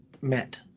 met